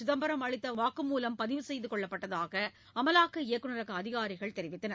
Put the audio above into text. சிதம்பரம் அளித்த வாக்குமூலம் பதிவு செய்து கொள்ளப்பட்டதாக அமலாக்க இயக்குனரக அதிகாரிகள் தெரிவித்தனர்